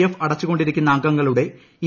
F അടച്ചുകൊണ്ടിരിക്കുന്ന അംഗങ്ങളുടെ ൃഇ